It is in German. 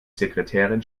sekretärin